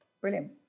Brilliant